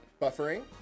Buffering